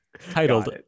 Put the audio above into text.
Titled